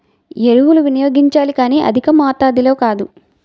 ఎరువులు వినియోగించాలి కానీ అధికమాతాధిలో కాదు